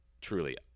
Truly